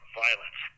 violence